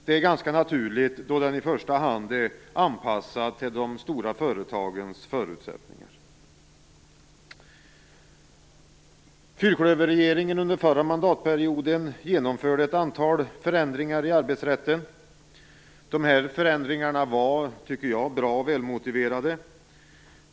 Det är ganska naturligt, då den i första hand är anpassad till de stora företagens förutsättningar. Fyrklöverregeringen genomförde under förra mandatperioden ett antal förändringar i arbetsrätten. Dessa förändringar var, tycker jag, bra och välmotiverade.